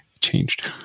changed